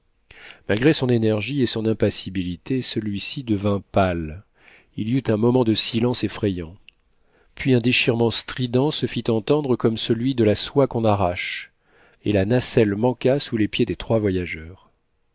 malgré son énergie et son impassibilité celui-ci devint pale il y eut un moment de silence effrayant puis un déchirement strident se fit entendre comme celui de la soie qu'on arrache et la nacelle manqua sous les pieds des trois voyageurs